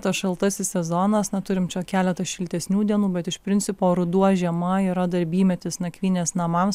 tas šaltasis sezonas na turim čia keletą šiltesnių dienų bet iš principo ruduo žiema yra darbymetis nakvynės namams